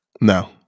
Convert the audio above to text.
No